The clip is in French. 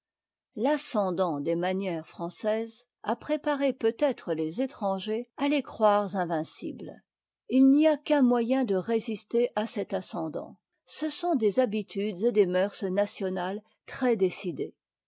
l'ascendant des manières des francais a préparé peut-être les étrangers à les croire invincibles i n'y a qu'un moyen de résister à cet ascendant ce sont des habitudes et des mœurs nationales